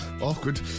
Awkward